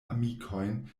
amikojn